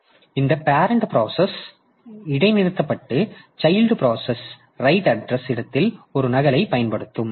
எனவே இந்த parent process இடைநிறுத்தப்பட்டு சைல்ட் பிராசஸ் ரைட் அட்ரஸ் இடத்தில் ஒரு நகலைப் பயன்படுத்தும்